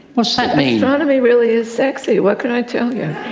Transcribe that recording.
what's that mean? astronomy really is sexy, what can i tell you?